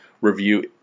review